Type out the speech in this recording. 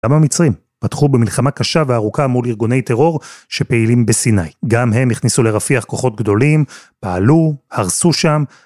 למה המצרים פתחו במלחמה קשה וארוכה מול ארגוני טרור שפעילים בסיני? גם הם הכניסו לרפיח כוחות גדולים, פעלו, הרסו שם.